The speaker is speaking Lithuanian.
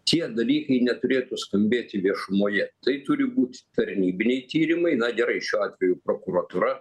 tie dalykai neturėtų skambėti viešumoje tai turi būt tarnybiniai tyrimai na gerai šiuo atveju prokuratūra